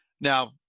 Now